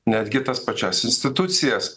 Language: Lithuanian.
netgi tas pačias institucijas